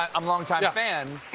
a um long-time fan